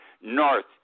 north